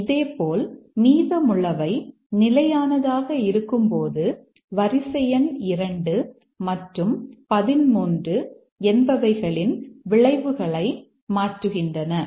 இதேபோல் மீதமுள்ளவை நிலையானதாக இருக்கும்போது வரிசை எண் 2 மற்றும் 13 என்பவைகளின் விளைவுகளை மாறுகின்றன